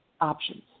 options